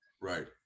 right